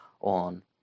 on